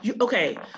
Okay